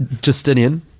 Justinian